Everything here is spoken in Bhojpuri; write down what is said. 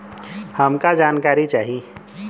हमका जानकारी चाही?